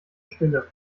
stille